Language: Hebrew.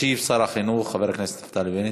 ישיב שר החינוך נפתלי בנט.